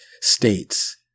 states